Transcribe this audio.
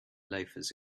loafers